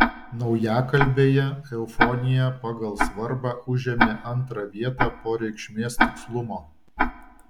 naujakalbėje eufonija pagal svarbą užėmė antrą vietą po reikšmės tikslumo